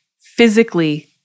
physically